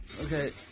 okay